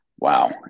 Wow